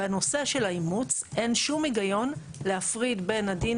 בנושא של האימוץ אין שום היגיון להפריד בין הדין